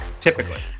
typically